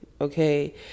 okay